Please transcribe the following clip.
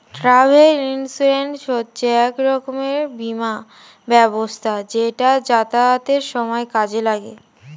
travel insurance হচ্ছে এক রকমের বীমা ব্যবস্থা যেটা যাতায়াতের সময় কাজে লাগে